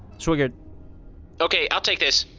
swigert okay, i'll take this.